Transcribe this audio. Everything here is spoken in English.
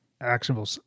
actionable